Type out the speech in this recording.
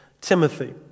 Timothy